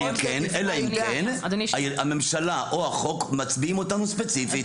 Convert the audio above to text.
אם כן הממשלה או החוק מצביעים אותנו ספציפית.